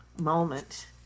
moment